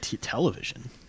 television